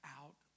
out